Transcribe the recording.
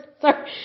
Sorry